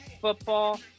football